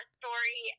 story